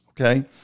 Okay